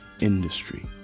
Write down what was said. industry